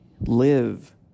Live